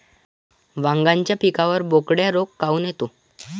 वांग्याच्या पिकावर बोकड्या रोग काऊन येतो?